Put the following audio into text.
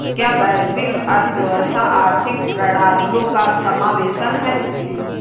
क्या वैश्विक अर्थव्यवस्था आर्थिक प्रणालियों का समावेशन है?